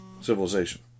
civilization